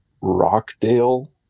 Rockdale